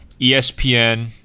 ESPN